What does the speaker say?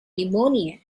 pneumonia